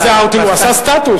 מה זה "אאוטינג", הוא עשה "סטטוס".